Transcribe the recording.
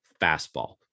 fastball